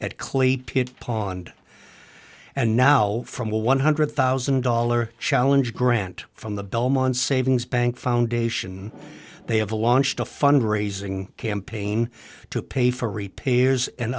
pit pond and now from a one hundred thousand dollar challenge grant from the belmont savings bank foundation they have launched a fund raising campaign to pay for repairs and